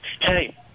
Hey